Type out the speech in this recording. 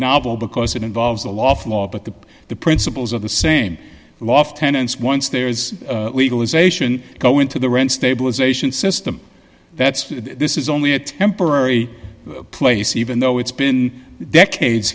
novel because it involves a loft law but the the principles of the same loft tenants once there is legal is ation go into the rent stabilization system that's this is only a temporary place even though it's been decades